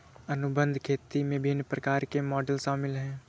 अनुबंध खेती में विभिन्न प्रकार के मॉडल शामिल हैं